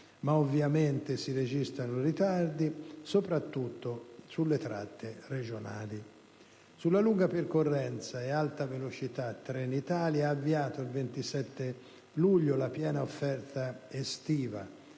ma ovviamente si registrano ritardi, soprattutto sulle tratte regionali. Sulla lunga percorrenza e Alta velocità, Trenitalia ha avviato il 27 luglio la piena offerta estiva;